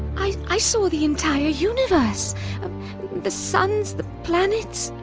i saw the entire universe the suns, the planets,